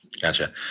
Gotcha